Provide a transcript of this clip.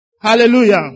Hallelujah